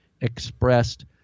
expressed